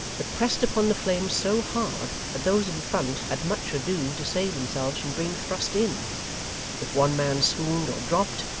but pressed upon the flames so hard, that those in front had much ado to save themselves from being thrust in if one man swooned or dropped,